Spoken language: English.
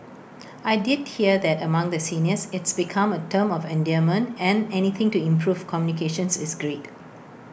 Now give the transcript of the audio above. I did hear that among the seniors it's become A term of endearment and anything to improve communications is great